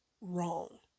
wrong